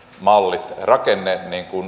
mallit rakenne